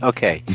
Okay